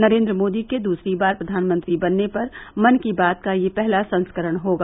नरेन्द्र मोदी के दूसरी बार प्रधानमंत्री बनने पर मन की बात का यह पहला संस्करण होगा